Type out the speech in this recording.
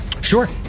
Sure